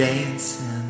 Dancing